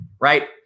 right